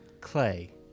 Clay